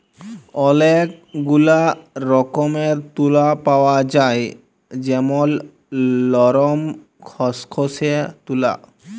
ওলেক গুলা রকমের তুলা পাওয়া যায় যেমল লরম, খসখসে তুলা